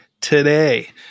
today